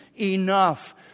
enough